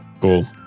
cool